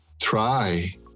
try